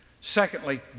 Secondly